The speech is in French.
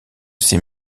ces